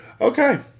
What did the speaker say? Okay